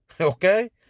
okay